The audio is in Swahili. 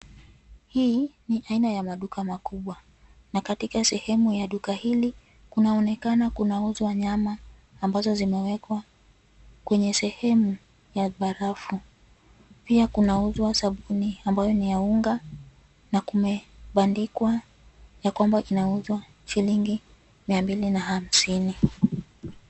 Hii ni aina ya maduka makubwa na katika sehemu ya duka hili kunaonekana kinauzwa nyama ambazo zimewekwa kwenye sehemu ya barafu. Pia kunauzwa sabuni ambayo ni ya unga na kumebandikwa ya kwamba inauzwa shilingi mia mbili na hamsini.